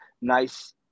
nice